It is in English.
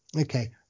okay